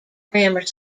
grammar